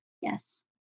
Yes